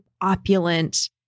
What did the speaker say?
opulent